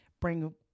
bring